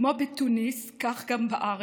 כמו בתוניס, כך גם בארץ,